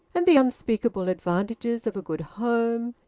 and the unspeakable advantages of a good home,